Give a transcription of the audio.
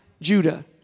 Judah